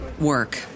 work